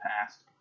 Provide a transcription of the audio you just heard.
past